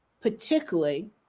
particularly